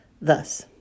Thus